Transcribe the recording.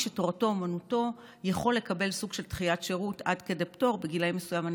שתורתו אומנותו יכול לקבל סוג של דחיית שירות עד פטור בגיל מסוים.